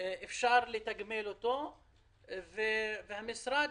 אפשר לתגמל, ועל המשרד